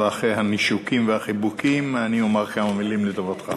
אחרי הנישוקים והחיבוקים אני אומר כמה מילים לטובתך.